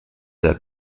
their